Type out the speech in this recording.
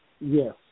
Yes